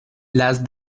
las